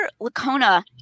Lacona